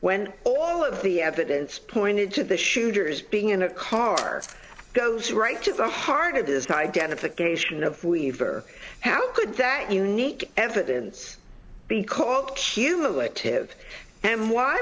when all of the evidence pointed to the shooters being in a car goes right to the heart of this guy jennifer gratian of weaver how could that unique evidence be called cumulative and why